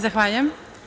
Zahvaljujem.